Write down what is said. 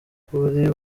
kuri